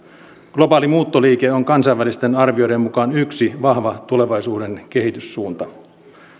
globaali muuttoliike on kansainvälisten arvioiden mukaan yksi vahva tulevaisuuden kehityssuunta